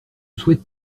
souhaite